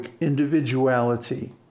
individuality